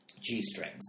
G-strings